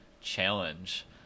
challenge